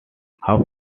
hub